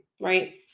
right